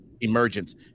emergence